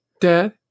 Dad